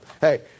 Hey